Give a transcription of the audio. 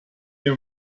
mehr